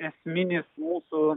esminis mūsų